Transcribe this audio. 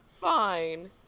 fine